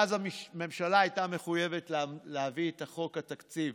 ואז הממשלה הייתה מחויבת להביא את חוק התקציב